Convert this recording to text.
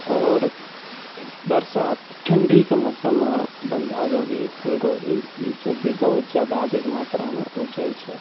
आओर बरसात ठण्डीके मौसममे बन्धा गोभी फूलगोभी ई सबभी बहुत जादा अधिक मात्रामे उपजै छै